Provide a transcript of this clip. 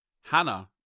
Hannah